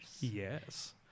Yes